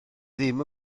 ddim